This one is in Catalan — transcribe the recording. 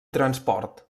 transport